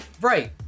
right